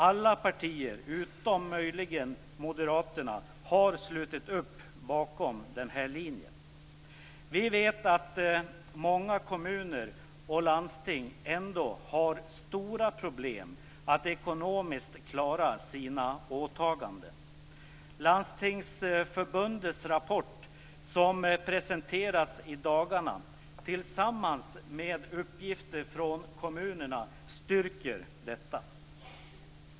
Alla partier, utom möjligen Moderaterna, har slutit upp bakom denna linje. Vi vet att många kommuner och landsting ändå har stora problem att ekonomiskt klara sina åtaganden. Landstingsförbundets rapport, som presenterats i dagarna tillsammans med rapporter från kommunerna, styrker detta.